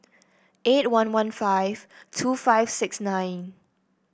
eight one one five two five six nine